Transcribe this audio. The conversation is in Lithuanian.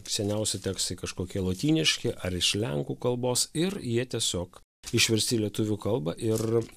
seniausi tekstai kažkokie lotyniški ar iš lenkų kalbos ir jie tiesiog išversti į lietuvių kalbą ir